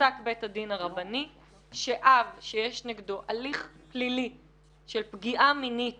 פסק בית הדין הרבני שאב שיש נגדו הליך פלילי של פגיעה מינית